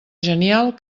genial